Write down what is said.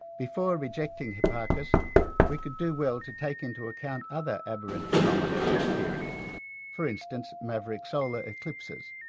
before rejecting hipparchus we could do well to take into account other aberrant phenomena of the period for instance maverick solar eclipses.